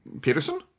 Peterson